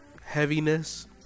heaviness